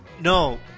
No